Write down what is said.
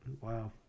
wow